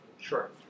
Sure